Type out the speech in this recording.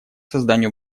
созданию